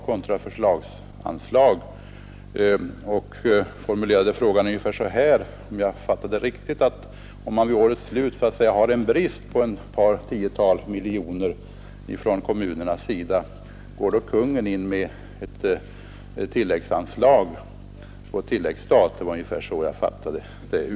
kontra förslagsanslag och formulerade då sin fråga ungefär så här, om jag uppfattade honom rätt: Om man i kommunerna vid årets slut har en brist på ett par tiotal miljoner, går Kungl. Maj:t då in med ett anslag på tilläggsstat?